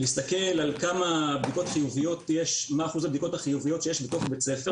להסתכל על מה אחוז הבדיקות החיוביות שיש בתוך בית ספר